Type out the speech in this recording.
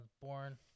Born